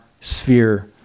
sphere